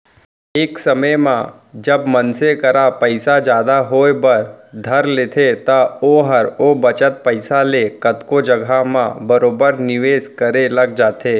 एक समे म जब मनसे करा पइसा जादा होय बर धर लेथे त ओहर ओ बचत पइसा ले कतको जघा म बरोबर निवेस करे लग जाथे